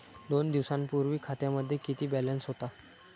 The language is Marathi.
दोन दिवसांपूर्वी खात्यामध्ये किती बॅलन्स होता?